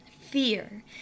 Fear